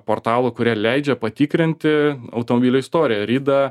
portalų kurie leidžia patikrinti automobilio istoriją ridą